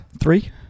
Three